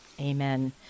Amen